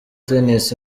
tennis